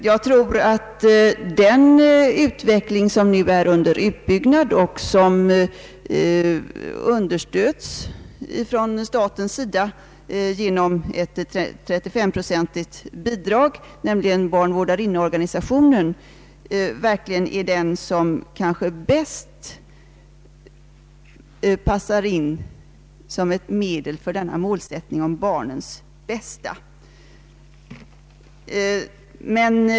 Jag tror att den utbyggnad av barn vårdarinneorganisationen, som nu pågår och som understöds från statens sida genom ett 35-procentigt bidrag, är elt bra medel att tillgodose barnens bästa.